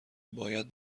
باید